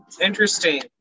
interesting